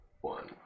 one